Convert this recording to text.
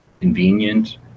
convenient